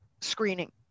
screening